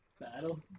Battle